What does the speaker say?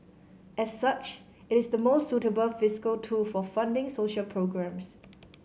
as such it is the most suitable fiscal tool for funding social programmes